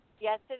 Yes